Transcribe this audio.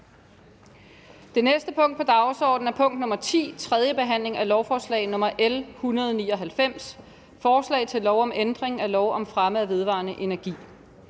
Det næste punkt på dagsordenen er: 10) 3. behandling af lovforslag nr. L 199: Forslag til lov om ændring af lov om fremme af vedvarende energi.